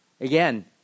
Again